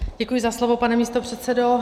Děkuji za slovo, pane místopředsedo.